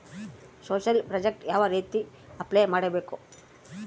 Social project ಯಾವ ರೇತಿ apply ಮಾಡಬೇಕು?